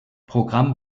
programm